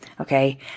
okay